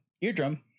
eardrum